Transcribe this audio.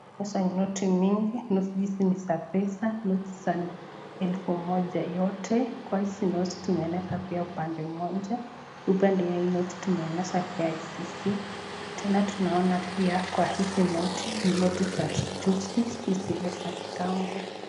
Noti mingi, noti za pesa, noti za elfu moja yote. Kwa hizi noti tumeonyeshwa pia upande moja. Upande ya hii noti tumeneshwa KICC. Tena tunaona pia kwa hizi noti, ni noti za juzi si zile za kitambo.